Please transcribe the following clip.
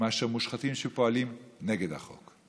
מאשר מושחתים שפועלים נגד החוק.